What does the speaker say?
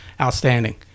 Outstanding